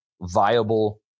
viable